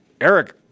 Eric